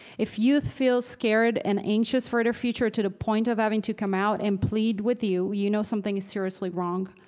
if youth feels scared and anxious for the future to the point of having to come out and plead with you, you know something is seriously wrong.